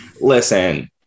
listen